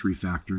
refactoring